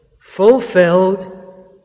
fulfilled